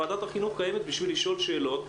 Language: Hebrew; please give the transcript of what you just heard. ועדת החינוך קיימת בשביל לשאול שאלות.